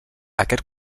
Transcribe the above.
aquest